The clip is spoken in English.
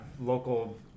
local